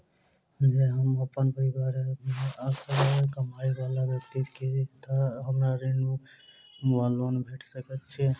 जँ हम अप्पन परिवार मे असगर कमाई वला व्यक्ति छी तऽ हमरा ऋण वा लोन भेट सकैत अछि?